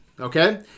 Okay